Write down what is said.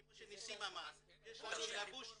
כמו שניסים אמר, יש לנו תרבות שונה.